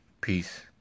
Peace